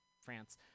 France